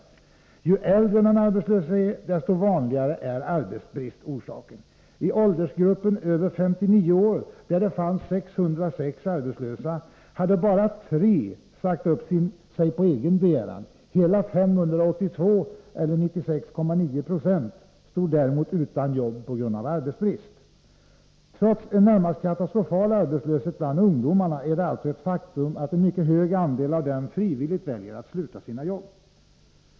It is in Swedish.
Ju äldre den arbetslöse är, desto vanligare är ”arbetsbrist” orsaken. I åldersgruppen över 59 år, där det fanns 606 arbetslösa, hade bara tre sagt upp sig på egen begäran. Hela 582 stod däremot utan jobb p g a arbetsbrist. Trots en närmast katastrofal arbetslöshet bland ungdomarna är det alltså ett faktum att en mycket hög andel av dem frivilligt väljer att sluta sina jobb.